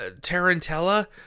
Tarantella